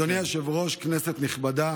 אדוני היושב-ראש, כנסת נכבדה,